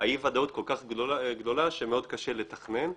האי וודאות כל כך גדולה שמאוד קשה לתכנן.